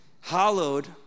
Hallowed